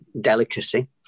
delicacy